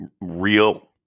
real